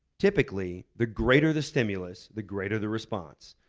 typically, the greater the stimulus, the greater the response.